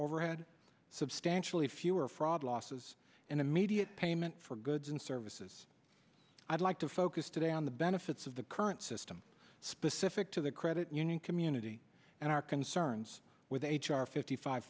overhead substantially fewer fraud losses and immediate payment for goods and services i'd like to focus today on the benefits of the current system specific to the union community and our concerns with h r fifty five